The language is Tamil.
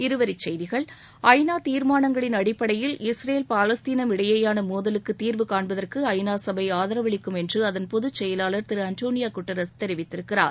இருவரி செய்திகள் ஐ நா தீர்மானங்களின் அடிப்படையில் இஸ்ரேல் பாலஸ்தீனம் இடையிலான மோதலுக்கு தீர்வு காண்பதற்கு ஐ நா சபை ஆதரவளிக்கும் என்று அதன் பொதுச்செயலாளர் திரு அண்டோளியோ குட்ரஸ் தெரிவித்திருக்கிறார்